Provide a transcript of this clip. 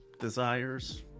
desires